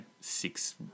six